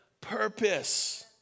purpose